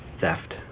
Theft